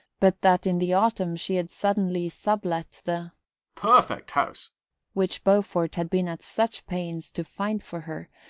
but that in the autumn she had suddenly sub-let the perfect house which beaufort had been at such pains to find for her,